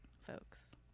folks